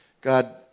God